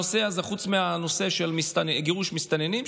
חוץ מהנושא הזה של גירוש מסתננים,